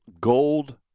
gold